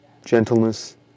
gentleness